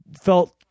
felt